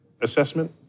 assessment